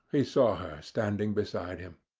he saw her standing beside him.